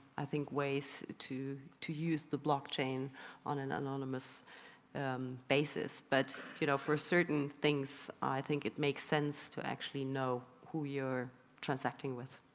i think ways to to use the blockchain on an anonymous anonymous basis but you know, for certain things i think it makes sense to actually know who you're transacting with.